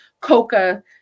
coca